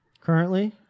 Currently